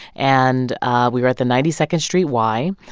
and ah we were at the ninety second street y.